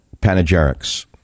panegyrics